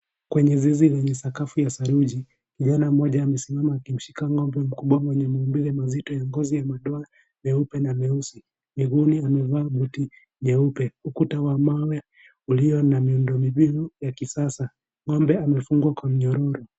Kwenye zizi lenye sakafu ya saruji, kijana mmoja amesimama akimshika ng'ombe mkubwa mwenye maumbile mazito ya ngozi ya madoa meupe na meusi. Miguuni amevati buti jeupe. Ukuta wa mawe ulio na miundombinu ya kisasa. Ng'ombe amefungwa kwa mnyororo.